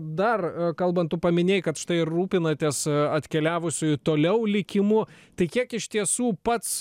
dar kalbant tu paminėjai kad štai rūpinatės atkeliavusiųjų toliau likimu tai kiek iš tiesų pats